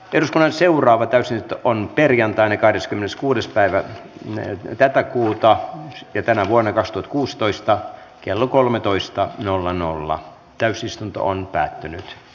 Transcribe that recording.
pirskanen seuraava täysi työ on perjantaina kahdeskymmeneskuudes päivä menee tätä kultaa jo tänä vuonna kastu kuusitoista kello kolmetoista nolla nolla asia lähetettiin talousvaliokuntaan